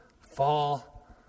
fall